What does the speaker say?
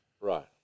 right